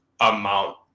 amount